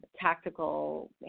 tactical